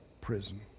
prison